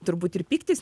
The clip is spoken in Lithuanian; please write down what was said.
turbūt ir pyktis